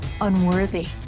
unworthy